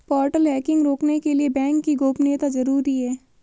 portal hacking रोकने के लिए बैंक की गोपनीयता जरूरी हैं